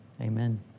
Amen